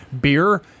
beer